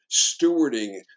stewarding